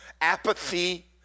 apathy